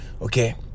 Okay